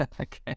Okay